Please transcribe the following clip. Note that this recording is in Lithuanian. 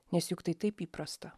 nes juk tai taip įprasta